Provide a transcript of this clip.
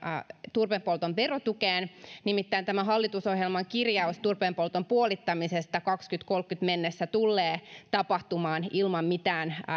turpeen polton verotukeen nimittäin tämä hallitusohjelman kirjaus turpeen polton puolittamisesta kaksituhattakolmekymmentä mennessä tullee tapahtumaan ilman mitään